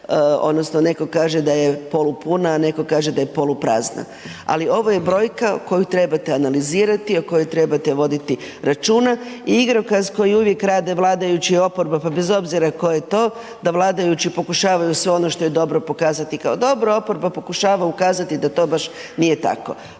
odnosno netko kaže da je polupuna, a netko kaže da je poluprazna. Ali ovo je brojka koju trebate analizirati, o kojoj trebate voditi računa i igrokaz koji uvijek rade vladajući i oporba bez obzira tko je to da vladajući pokušavaju sve ono što je dobro pokazati kao dobro, a oporba pokušava ukazati da to baš nije tako.